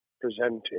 presenting